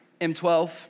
M12